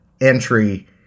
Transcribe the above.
entry